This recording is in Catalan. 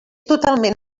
totalment